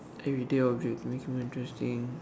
everyday of the makes it more interesting